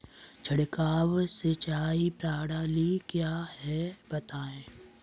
छिड़काव सिंचाई प्रणाली क्या है बताएँ?